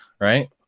right